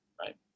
right